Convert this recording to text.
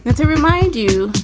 to remind you,